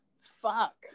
Fuck